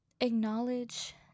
acknowledge